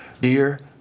Dear